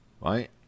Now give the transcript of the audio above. right